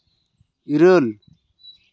ᱤᱨᱟᱹᱞ